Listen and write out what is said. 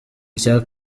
icya